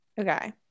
Okay